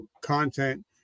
content